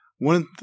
One